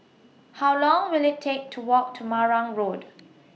How Long Will IT Take to Walk to Marang Road